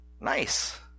nice